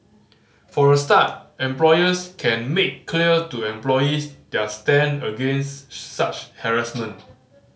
for a start employers can make clear to employees their stand against such harassment